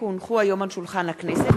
כי הונחו היום על שולחן הכנסת,